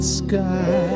sky